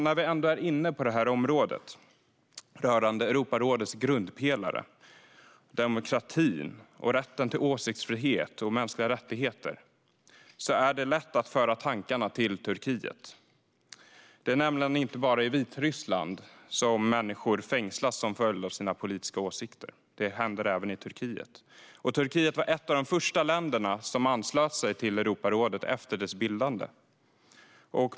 När vi ändå är inne på detta område, som rör Europarådets grundpelare demokrati och rätt till åsiktsfrihet och mänskliga rättigheter, är det lätt att tankarna går till Turkiet. Det är nämligen inte bara i Vitryssland som människor fängslas till följd av sina politiska åsikter. Det händer även i Turkiet. Turkiet var ett av de första länderna som anslöt sig till Europarådet efter dess bildande.